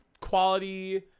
quality